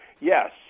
Yes